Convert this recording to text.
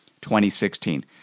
2016